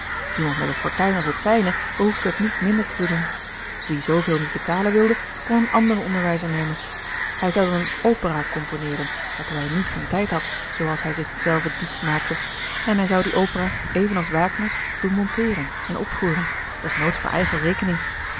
iemand met een fortuin als het zijne behoefde het niet minder te doen wie zooveel niet betalen wilde kon een anderen onderwijzer nemen hij zou dan eene opera componeeren waartoe hij nu geen tijd had zoo als hij zich zelven diets maakte en hij zou die opera even als wagner doen monteeren en opvoeren des noods voor eigen rekening